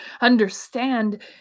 understand